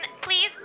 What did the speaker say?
please